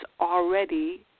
already